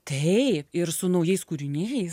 taip ir su naujais kūriniais